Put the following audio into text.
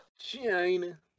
China